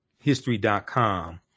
history.com